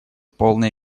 полной